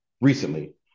recently